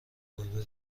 گربه